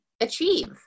achieve